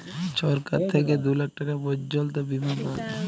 ছরকার থ্যাইকে দু লাখ টাকা পর্যল্ত বীমা পাউয়া যায়